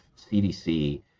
CDC